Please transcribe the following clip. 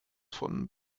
von